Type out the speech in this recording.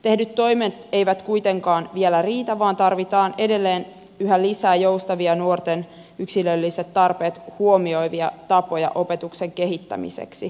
tehdyt toimet eivät kuitenkaan vielä riitä vaan tarvitaan edelleen yhä lisää joustavia nuorten yksilölliset tarpeet huomioivia tapoja opetuksen kehittämiseksi